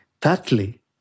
Thirdly